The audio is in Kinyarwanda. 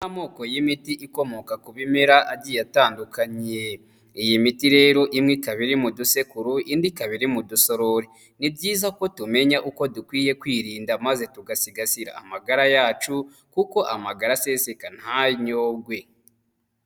Amoko y'imiti ikomoka ku bimera agiye atandukanye. Iyi miti rero imwe ikaba iri mu dusekuru indi ikaba iri mu dusorori. Ni byiza ko tumenya uko dukwiye kwirinda maze tugasigasira amagara yacu kuko amagara aseseka ntayorwe.